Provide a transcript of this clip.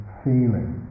feeling